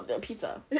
Pizza